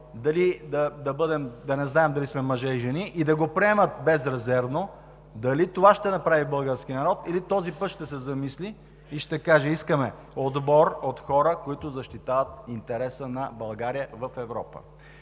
– да не знаем дали сме мъже или жени, и да го приемат безрезервно. Това ли ще направи българският народ или този път ще се замисли и ще каже: искаме отбор от хора, които защитават интереса на България в Европа?!